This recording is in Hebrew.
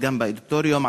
גם באודיטוריום,